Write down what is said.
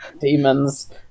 Demons